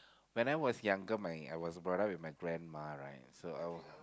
when I was younger my I was brought up with my grandma right so I